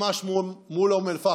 ממש מול אום אל-פחם.